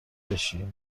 بشی